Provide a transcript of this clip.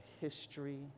history